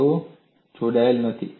તેઓ જોડાયેલા નથી